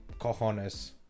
cojones